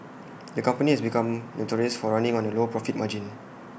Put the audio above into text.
the company has become notorious for running on A low profit margin